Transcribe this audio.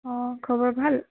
অ খবৰ ভাল